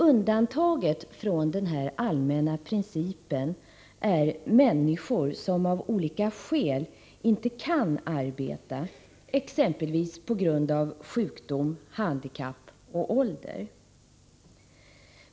Undantaget från denna allmänna princip är de människor som av olika skäl inte kan arbeta, exemelvis på grund av sjukdom, handikapp och ålder.